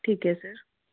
ਠੀਕ ਹੈ ਸਰ